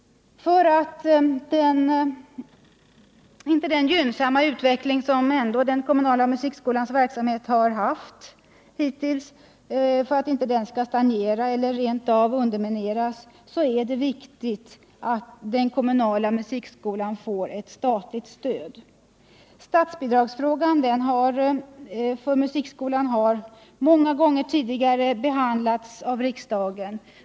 För att inte den gynnsamma utveckling som de kommunala musikskolornas verksamhet hittills har haft skall stagnera eller rent av undermineras är det viktigt att även denna form av undervisning ges statligt stöd. Statsbidragsfrågan för musikskolan har flera gånger tidigare behandlats av riksdagen.